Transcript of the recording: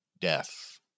death